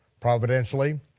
providentially,